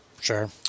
Sure